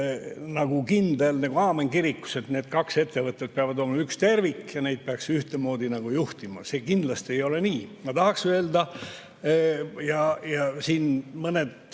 kindel, nagu aamen kirikus, et need kaks ettevõtet peavad olema üks tervik ja neid peaks ühtemoodi juhtima. See kindlasti ei ole nii. Ma tahan tuua siin mõned